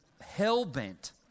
hell-bent